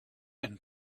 and